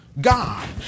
God